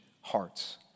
hearts